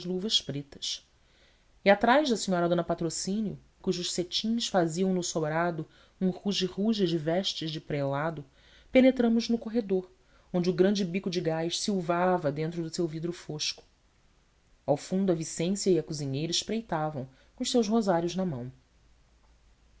luvas pretas e atrás da senhora dona patrocínio cujos cetins faziam no sobrado um ruge ruge de vestes de prelado penetramos no corredor onde o grande bico de gás silvava dentro do seu vidro fosco ao fundo a vicência e a cozinheira espreitavam com os seus rosários na mão